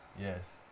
Yes